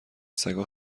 سگا